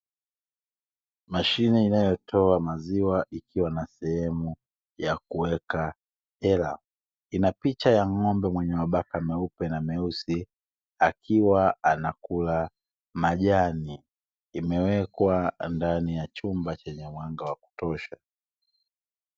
Mashine inayotoa maziwa ikiwa na sehemu ya kuweka hela ina picha ya ng'ombe mwenye mabaka meupe na meusi akiwa anakula majani, imewekwa ndani ya chumba chenye mwanga wa kutosha.